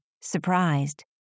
surprised